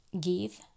Give